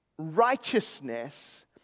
Righteousness